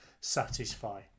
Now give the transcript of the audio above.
satisfy